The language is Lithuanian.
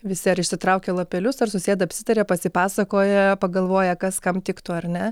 visi ar išsitraukia lapelius ar susėda apsitaria pasipasakoja pagalvoja kas kam tiktų ar ne